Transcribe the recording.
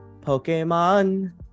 Pokemon